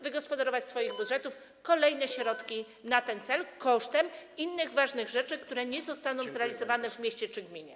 Wygospodarować ze swoich budżetów kolejne środki na ten cel kosztem innych ważnych rzeczy, które nie zostaną zrealizowane w mieście czy gminie.